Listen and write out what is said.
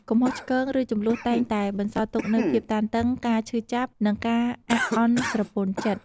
កំហុសឆ្គង ឬជម្លោះតែងតែបន្សល់ទុកនូវភាពតានតឹង ការឈឺចាប់ និងការអាក់អន់ស្រពន់ចិត្ត។